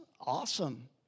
awesome